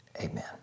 amen